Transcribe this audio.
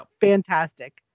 fantastic